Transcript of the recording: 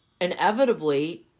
inevitably